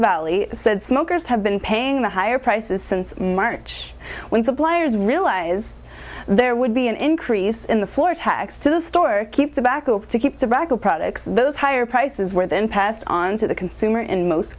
valley said smokers have been paying the higher prices since march when suppliers realized there would be an increase in the floor tax to the store keep tobacco to keep tobacco products those higher prices were then passed on to the consumer in most